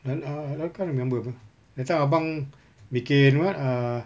dan uh uh I can't remember apa that time abang bikin what uh